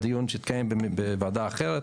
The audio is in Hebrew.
בדיון שהתקיים בוועדה אחרת,